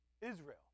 Israel